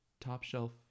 top-shelf